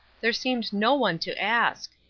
there seemed no one to ask.